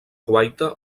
guaita